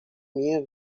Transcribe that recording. minha